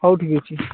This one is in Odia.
ହଉ ଠିକ୍ ଅଛି